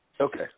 Okay